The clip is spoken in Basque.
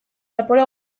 zapore